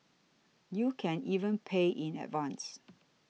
you can even pay in advance